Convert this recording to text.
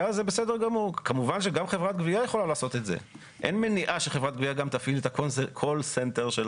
כדי לסייע לנו להקל עליהם את יכולות התשלום.